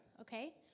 okay